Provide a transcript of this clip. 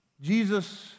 Jesus